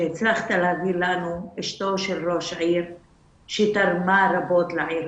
שהצלחת להביא לנו אשתו של ראש עיר שתרמה רבות לעיר